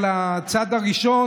הבוקר בכנס מיוחד שיזמתי בכנסת,